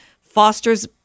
fosters